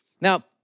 Now